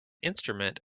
instrument